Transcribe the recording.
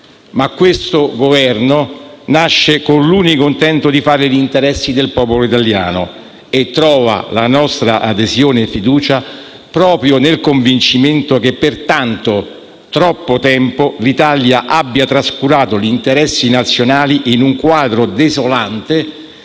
Ma questo Governo nasce con l'unico intento di fare gli interessi del popolo italiano e trova la nostra adesione e fiducia proprio nel convincimento che per tanto, troppo tempo, l'Italia abbia trascurato gli interessi nazionali in un quadro desolante